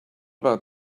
about